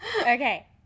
Okay